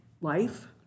life